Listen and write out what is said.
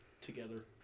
together